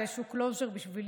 זה איזשהו closure בשבילי,